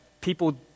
people